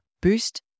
boost